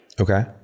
Okay